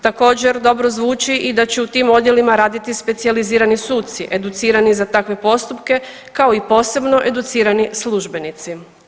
Također dobro zvuči i da će u tim odjelima raditi specijalizirani suci educirani za takve postupke kao i posebno educirani službenici.